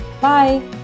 Bye